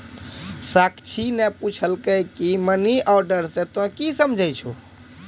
साक्षी ने पुछलकै की मनी ऑर्डर से तोंए की समझै छौ